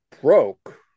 broke